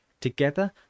together